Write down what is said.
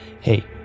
hey